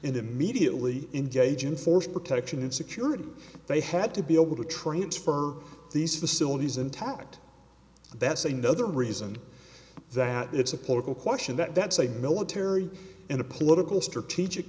and immediately engage in force protection and security they had to be able to transfer these facilities intact that's a no other reason that it's a political question that that's a military and a political strategic